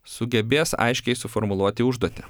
sugebės aiškiai suformuluoti užduotį